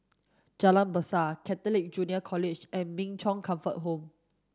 Jalan Besar Catholic Junior College and Min Chong Comfort Home